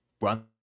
run